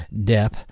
Depp